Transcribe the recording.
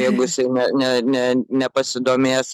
jeigu jisai ne ne ne nepasidomės